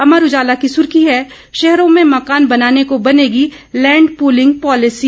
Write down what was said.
अमर उजाला की सुर्खी है शहरों में मकान बनाने को बनेगी लैंड पूलिंग पॉलिसी